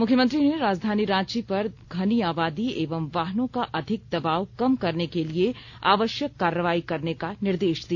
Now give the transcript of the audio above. मुख्यमंत्री ने राजधानी रांची पर घनी आबादी एवं वाहनों का अधिक दबाब कम करने के लिए आवश्यक कार्रवाई करने का निर्देश दिया